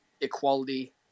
equality